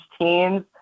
teams